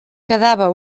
quedava